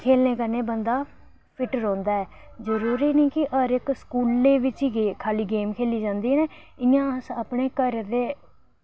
खेलने कन्नै बंदा फिट रोह्नदा ऐ जरुरी नि कि हर इक स्कूलें बिच गै खाली गेम खेली जन्दी ते इयां अस अपने घरे दे